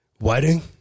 wedding